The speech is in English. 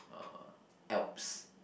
uh Alps